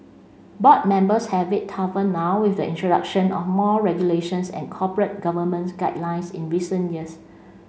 board members have it tougher now with the introduction of more regulations and corporate governments guidelines in recent years